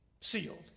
sealed